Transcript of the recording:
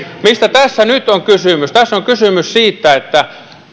mistä tässä nyt on kysymys tässä on kysymys siitä että